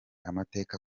amateka